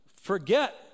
Forget